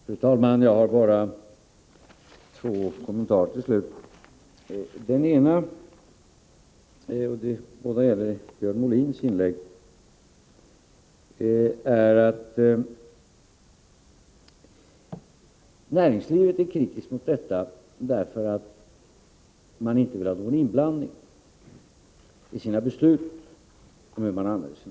Fru talman! Jag har bara två kommentarer som båda gäller Björn Molins inlägg. Först beträffande näringslivets kritik. Att man från näringslivets sida är så kritisk mot detta beror på att man inte vill ha någon inblandning i sina beslut om hur pengarna används.